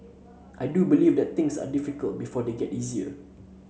I do believe that things are difficult before they get easier